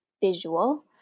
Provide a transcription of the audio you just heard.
visual